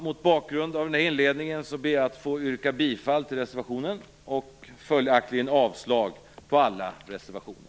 Mot bakgrund av den här inledningen ber jag att få yrka bifall till hemställan i betänkandet och följaktligen avslag på alla reservationer.